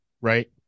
right